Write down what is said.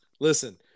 listen